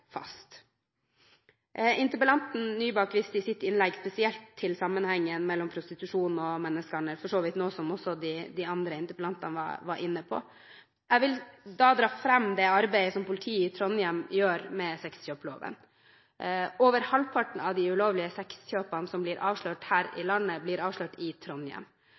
faste. Interpellanten Nybakk viste i sitt innlegg spesielt til sammenhengen mellom prostitusjon og menneskehandel – for så vidt noe som også de andre interpellantene var inne på. Jeg vil dra fram det arbeidet som politiet i Trondheim gjør med sexkjøpsloven. Over halvparten av de ulovlige sexkjøpene som blir avslørt her i landet, blir avslørt i Trondheim,